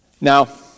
Now